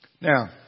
Now